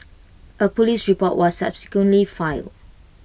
A Police report was subsequently filed